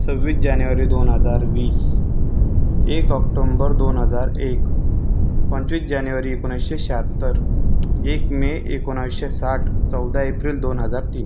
सव्वीस जानेवारी दोन हजार वीस एक ऑक्टोम्बर दोन हजार एक पंचवीस जानेवारी एकोणवीसशे शहात्तर एक मे एकोणवीसशे साठ चौदा एप्रिल दोन हजार तीन